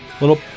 little